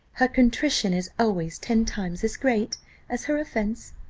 her contrition is always ten times as great as her offence.